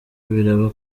biraba